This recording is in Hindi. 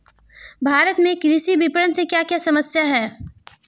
भारत में कृषि विपणन से क्या क्या समस्या हैं?